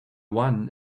one